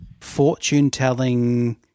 fortune-telling